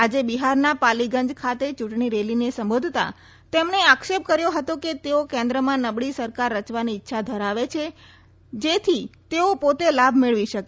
આજે બિહારના પાલીગંજ ખાતે ચૂંટણી રેલીને સંબોધતાં તેમને આક્ષેપ કર્યો હતો કે તેઓ કેન્દ્રમાં નબળી સરકાર રચવાની ઇચ્છા ધરાવે છે જેથી તેઓ પોતે લાભ મેળવી શકે